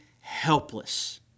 helpless